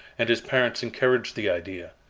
and his parents encouraged the idea.